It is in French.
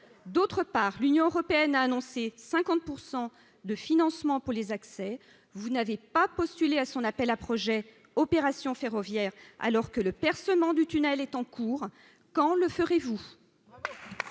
d'autre part, l'Union européenne a annoncé 50 % de financement pour les accès, vous n'avez pas postulé à son appel à projets opérations ferroviaires, alors que le percement du tunnel est en cours, quand le ferez-vous.